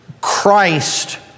Christ